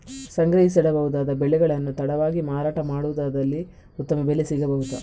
ಸಂಗ್ರಹಿಸಿಡಬಹುದಾದ ಬೆಳೆಗಳನ್ನು ತಡವಾಗಿ ಮಾರಾಟ ಮಾಡುವುದಾದಲ್ಲಿ ಉತ್ತಮ ಬೆಲೆ ಸಿಗಬಹುದಾ?